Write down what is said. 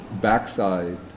backside